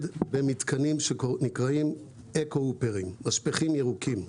במתקנים שנקראים אקו-הופרים משפכים ירוקים.